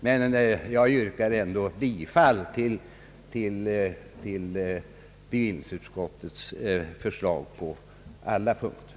Men jag yrkar, herr talman, ändå bifall till